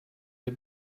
der